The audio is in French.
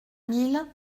mille